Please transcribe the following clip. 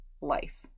life